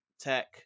tech